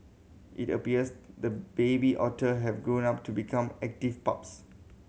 it appears the baby otters have grown up to become active pups